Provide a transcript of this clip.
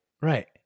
Right